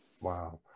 Wow